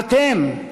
אתם,